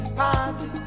party